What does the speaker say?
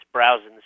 browsing